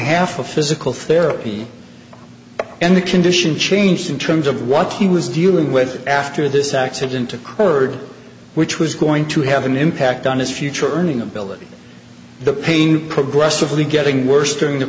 half of physical therapy and the condition changed in terms of what he was dealing with after this accident occurred which was going to have an impact on his future earning ability the pain progressively getting worse during the